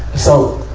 so,